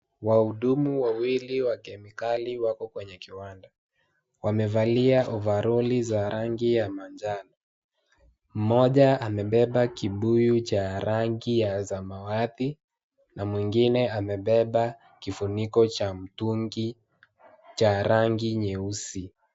Wahudumu wawili wa kemikali wako kwenye kiwanda, wamevalia ovaroli za rangi ya manjano, mmoja amebeba kibuyu cha rangi ya samawati na mwingine amebeba kifuniko cha mtungi cha rangi nyeusi.